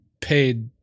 paid